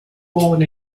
born